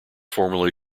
formerly